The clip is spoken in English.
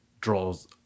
draws